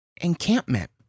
encampment